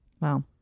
wow